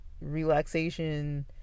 relaxation